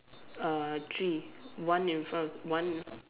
uh three one in front one